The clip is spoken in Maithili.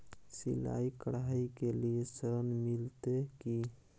सिलाई, कढ़ाई के लिए ऋण मिलते की?